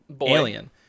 alien